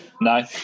no